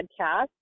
podcast